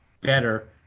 better